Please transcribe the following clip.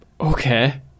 Okay